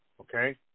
okay